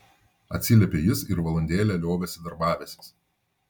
atsiliepė jis ir valandėlę liovėsi darbavęsis